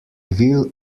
will